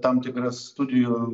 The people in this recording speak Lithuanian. tam tikras studijų